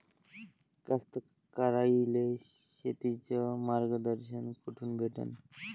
कास्तकाराइले शेतीचं मार्गदर्शन कुठून भेटन?